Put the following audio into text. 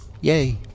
yay